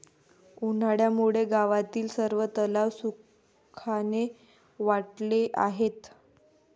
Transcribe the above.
उन्हामुळे गावातील सर्व तलाव सुखाने आटले आहेत